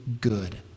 good